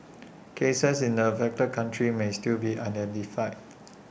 cases in the affected countries may still be identified